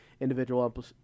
individual